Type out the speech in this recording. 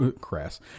crass